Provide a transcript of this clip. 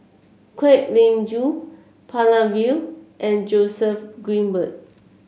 Kwek Leng Joo Palanivelu and Joseph Grimberg